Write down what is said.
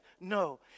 No